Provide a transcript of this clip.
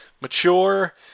mature